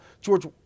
George